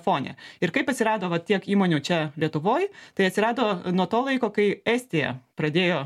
fone ir kaip atsirado va tiek įmonių čia lietuvoj tai atsirado nuo to laiko kai estija pradėjo